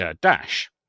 dash